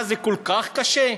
מה, זה כל כך קשה?